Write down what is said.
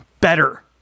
better